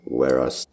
whereas